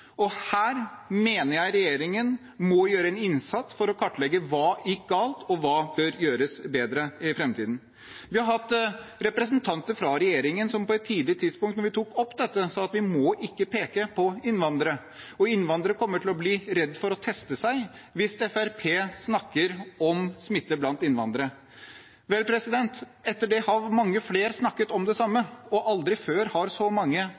Her mener jeg regjeringen må gjøre en innsats for å kartlegge hva som gikk galt, og hva som bør gjøres bedre i framtiden. Vi har hatt representanter fra regjeringen som på et tidlig tidspunkt når vi tok opp dette, sa at vi ikke måtte peke på innvandrere, og at innvandrere kom til å bli redde for å teste seg hvis Fremskrittspartiet snakket om smitte blant innvandrere. Vel, etter det har mange flere snakket om det samme, og aldri før har så mange